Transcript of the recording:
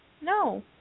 No